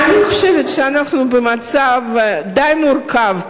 אני חושבת שאנחנו במצב די מורכב,